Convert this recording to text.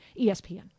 ESPN